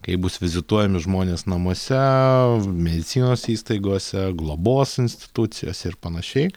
kaip bus vizituojami žmonės namuose medicinos įstaigose globos institucijose ir panašiai